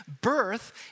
Birth